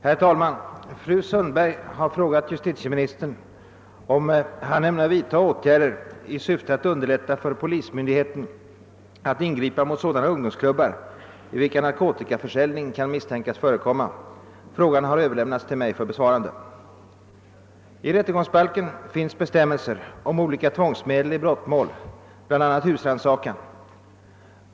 Herr talman! Fru Sundberg har frågat justitieministern, om han ämnar vidta åtgärder i syfte att underlätta för polismyndighet att ingripa mot sådana ungdomsklubbar i vilka narkotikaförsäljning kan misstänkas förekomma. Frågan har överlämnats till mig för besvarande. I rättegångsbalken finns bestämmelser om olika tvångsmedel i brottmål, bl.a. husrannsakan.